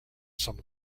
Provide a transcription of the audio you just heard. some